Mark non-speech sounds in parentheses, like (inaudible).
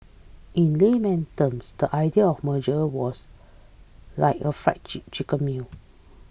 in layman terms the idea of merger was like a fried (unintelligible) chicken meal